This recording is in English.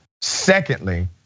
secondly